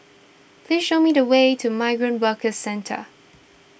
please show me the way to Migrant Workers Centre